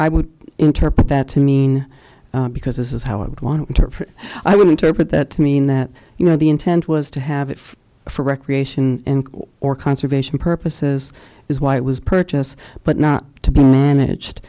i would interpret that to mean because this is how i would want to i would interpret that to mean that you know the intent was to have it for recreation or conservation purposes is why it was purchase but not to be managed